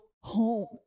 home